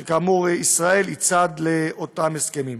שכאמור, ישראל היא צד לאותם הסכמים.